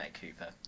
Cooper